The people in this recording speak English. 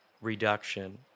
reduction